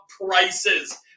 prices